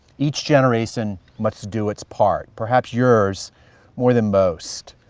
each generation, much to do its part perhaps yours more than most.